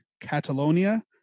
Catalonia